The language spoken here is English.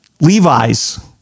Levi's